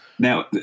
Now